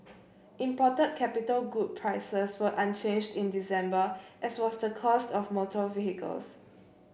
imported capital good prices were unchanged in December as was the cost of motor vehicles